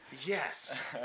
Yes